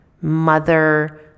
mother